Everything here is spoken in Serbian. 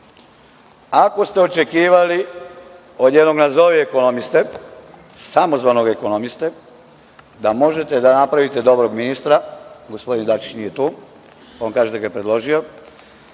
ako ste očekivali od jednog nazovi ekonomiste, samozvanog ekonomiste da možete da napravite dobrog ministra, gospodin Dačić nije tu, on kaže da ga je predložio,